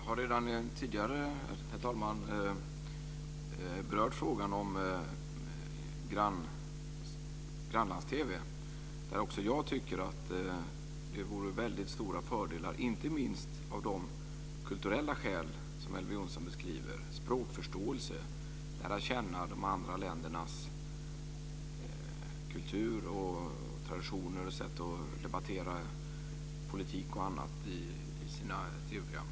Herr talman! Jag har redan tidigare berört frågan om grannlands-TV där också jag tycker att det vore väldigt stora fördelar, inte minst av de kulturella skäl som Elver Jonsson beskriver, språkförståelse, att lära känna de andra ländernas kultur och traditioner och sätt att debattera politik och annat i sina TV-program.